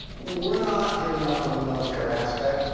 we're not giving up on the military aspect.